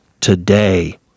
today